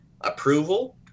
Approval